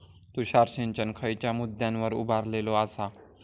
तुषार सिंचन खयच्या मुद्द्यांवर उभारलेलो आसा?